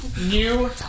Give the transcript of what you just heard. New